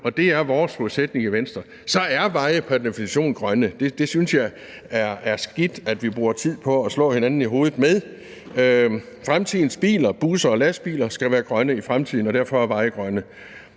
med vejprojekter, så er veje pr. definition grønne. Jeg synes, det er skidt, at vi bruger tid på at slå hinanden i hovedet med det. Fremtidens biler, busser og lastbiler skal være grønne i fremtiden, og derfor er veje grønne.